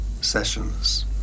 sessions